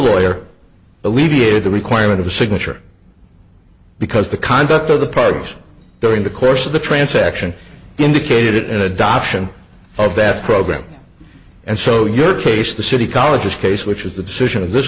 lawyer alleviated the requirement of a signature because the conduct of the parties during the course of the transaction indicated an adoption of that program and so your case the city colleges case which was the decision of this